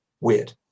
Weird